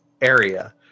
area